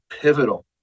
pivotal